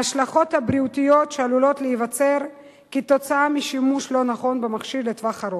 ההשלכות הבריאותיות שעלולות להיווצר משימוש לא נכון במכשיר לטווח ארוך.